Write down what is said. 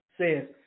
says